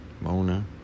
Mona